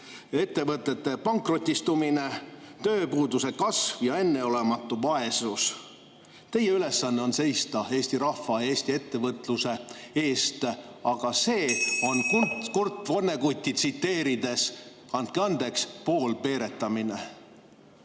ettevõtete pankrotistumist, tööpuuduse kasvu ja enneolematut vaesust? Teie ülesanne on seista Eesti rahva ja Eesti ettevõtluse eest. Aga see on, Kurt Vonnegutti tsiteerides – andke andeks! –, poolpeeretamine.